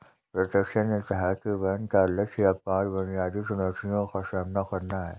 Preston ने कहा कि बैंक का लक्ष्य अब पांच बुनियादी चुनौतियों का सामना करना है